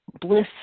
bliss